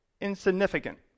insignificant